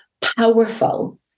powerful